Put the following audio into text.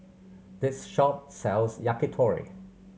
this shop sells Yakitori